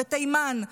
בתימן,